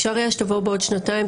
אפשר יהיה שתבואו בעוד שנתיים,